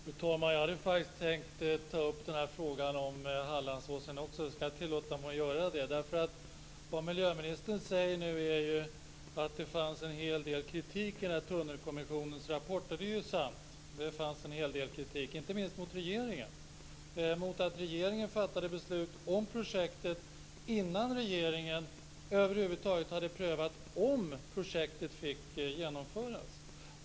Fru talman! Jag hade faktiskt också tänkt ta upp frågan om Hallandsåsen. Jag tillåter mig att göra det. Vad miljöministern nu säger är ju att det fanns en hel del kritik i Tunnelkommissionens rapport, och det är ju sant. Det fanns en hel del kritik i den, inte minst mot regeringen, mot att regeringen fattade beslut om projektet innan den över huvud taget hade prövat om projektet fick genomföras.